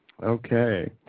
Okay